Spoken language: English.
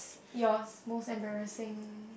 yours most embarrassing